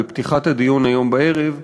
בפתיחת הדיון היום בערב,